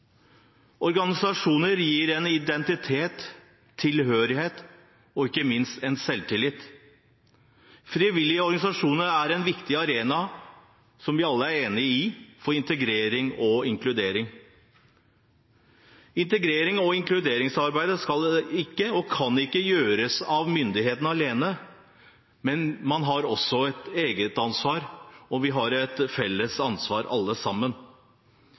Organisasjoner gir identitet, tilhørighet og ikke minst selvtillit. Frivillige organisasjoner er viktige arenaer, noe vi alle er enig i, for integrering og inkludering. Integrerings- og inkluderingsarbeidet skal ikke, og kan ikke, gjøres av myndighetene alene, men man har også et eget ansvar, og vi har et felles ansvar, alle sammen.